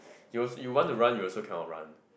you want to run you also cannot run